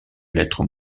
lettres